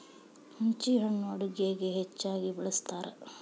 ಹುಂಚಿಹಣ್ಣು ಅಡುಗೆಗೆ ಹೆಚ್ಚಾಗಿ ಬಳ್ಸತಾರ